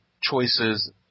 choices